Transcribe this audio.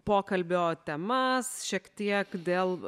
pokalbio temas šiek tiek dėl